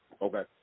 Okay